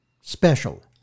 special